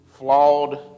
Flawed